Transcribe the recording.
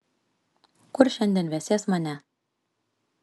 kur šiandien vesies mane